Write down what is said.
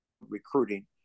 recruiting